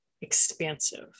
expansive